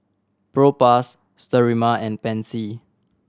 Propass Sterimar and Pansy